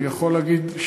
אני יכול להגיד,